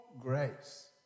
grace